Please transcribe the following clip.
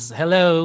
hello